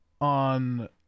on